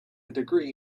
degree